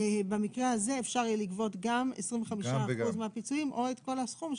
במקרה הזה אפשר יהיה לגבות גם 25 אחוזים מהפיצויים או את כל הסכום,